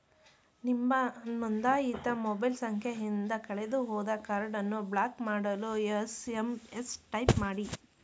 ನಿಮ್ಮ ನೊಂದಾಯಿತ ಮೊಬೈಲ್ ಸಂಖ್ಯೆಯಿಂದ ಕಳೆದುಹೋದ ಕಾರ್ಡನ್ನು ಬ್ಲಾಕ್ ಮಾಡಲು ಎಸ್.ಎಂ.ಎಸ್ ಟೈಪ್ ಮಾಡಿ